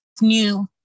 new